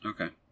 Okay